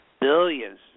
billions